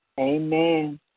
Amen